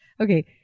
Okay